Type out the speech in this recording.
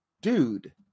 dude